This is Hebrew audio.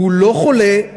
הוא לא חולה,